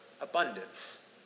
abundance